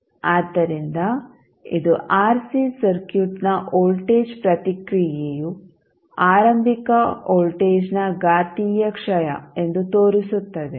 ಆದ್ದರಿಂದ ಇದು ಆರ್ಸಿ ಸರ್ಕ್ಯೂಟ್ನ ವೋಲ್ಟೇಜ್ ಪ್ರತಿಕ್ರಿಯೆಯು ಆರಂಭಿಕ ವೋಲ್ಟೇಜ್ನ ಘಾತೀಯ ಕ್ಷಯ ಎಂದು ತೋರಿಸುತ್ತದೆ